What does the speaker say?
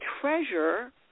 treasure